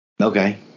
Okay